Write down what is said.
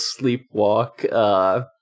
sleepwalk